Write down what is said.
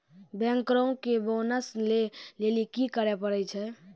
बैंकरो के बोनस लै लेली कि करै पड़ै छै?